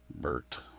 bert